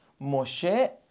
Moshe